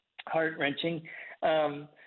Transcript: heart-wrenching